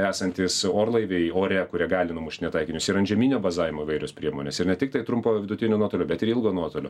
esantys orlaiviai ore kurie gali numušėnt taikinius ir antžeminio bazavimo įvairios priemonės ir ne tiktai trumpo vidutinio nuotolio bet ilgo nuotolio